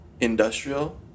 industrial